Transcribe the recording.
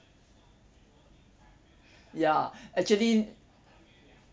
ya actually